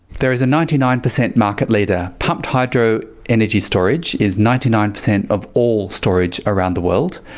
there is a ninety nine percent market leader. pumped hydro energy storage is ninety nine percent of all storage around the world.